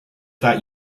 that